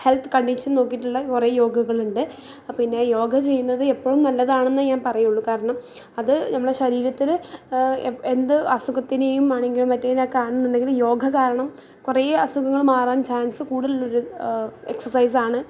health condition നോക്കിയിട്ടുള്ള കുറെ യോഗകളുണ്ട് പിന്നെ യോഗ ചെയ്യുന്നത് എപ്പോഴും നല്ലതാണെന്നേ ഞാൻ പറയുകയുള്ളു കാരണം അത് നമ്മുടെ ശരീരത്തിന് എന്ത് അസുഖത്തിനേയുമാണെങ്കിൽ കാണന്നൊണ്ടങ്കിൽ യോഗ കാരണം കുറെ അസുഖങ്ങള് മാറാൻ ചാൻസ് കൂടലുള്ളൊരു എക്സസൈസാണ്